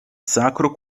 sacro